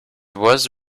was